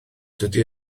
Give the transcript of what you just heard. dydy